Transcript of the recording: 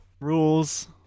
rules